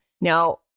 Now